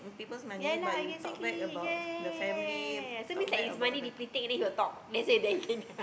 ya lah exactly ya ya ya money depleting then we talk